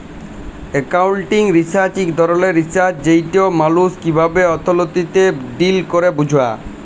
accounting research ইক ধরলের research যেটতে মালুস কিভাবে অথ্থলিতিতে ডিল ক্যরে বুঝা